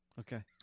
Okay